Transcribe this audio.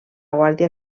guàrdia